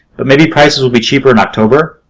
but maybe prices will be cheaper in october.